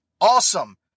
Awesome